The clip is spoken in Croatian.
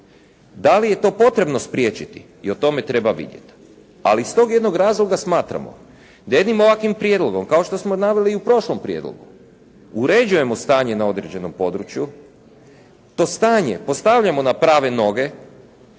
Da li je to potrebno spriječiti? I o tome treba vidjeti. Ali iz tog jednog razloga smatramo da jednim ovakvim prijedlogom kao što smo naveli i u prošlom prijedlogu uređujemo stanje na određenom području. To stanje postavljamo na prave noge,